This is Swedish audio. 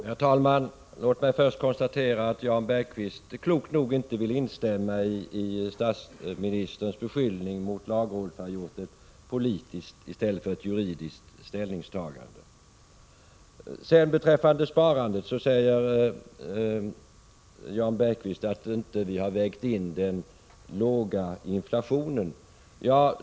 Herr talman! Låt mig först konstatera att Jan Bergqvist klokt noginte ville instämma i statsministerns beskyllning att lagrådet gjort ett politiskt i stället för ett juridiskt ställningstagande. Beträffande sparandet säger Jan Bergqvist att vi inte vägt in den låga inflationen.